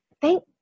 Thank